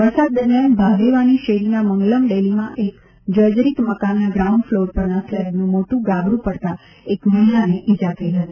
વરસાદ દરમ્યાન ભાદેવાની શેરીના મંગલમ ડેલીમાં એક જર્જરિત મકાનના ગ્રાઉન્ડ ફલોર પરના સ્લેબનું મોટું ગાબડું પડતાં એક મહિલાને ઇજા થઇ હતી